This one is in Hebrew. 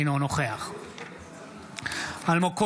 אינו נוכח אלמוג כהן,